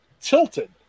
tilted